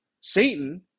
Satan